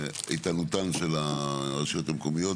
איתנותן של הרשויות המקומיות,